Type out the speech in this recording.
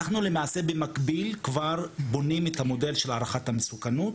אנחנו למעשה כבר במקביל בונים את המודל של הערכת מסוכנות,